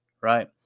Right